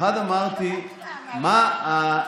הבנתי מה אמרת.